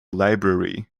library